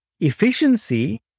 Efficiency